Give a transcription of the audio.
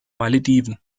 malediven